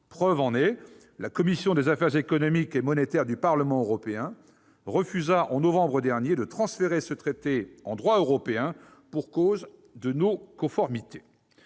Preuve en est, la commission des affaires économiques et monétaires du Parlement européen refusa, en novembre dernier, de transférer ce traité en droit européen, pour cause de non-conformité.